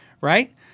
right